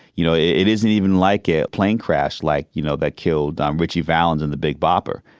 you know it isn't even like a plane crash like you know that killed um ritchie valens and the big bopper.